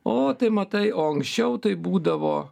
o tai matai o anksčiau taip būdavo